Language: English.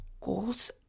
goals